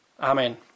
Amen